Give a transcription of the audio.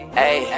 hey